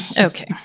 Okay